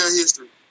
history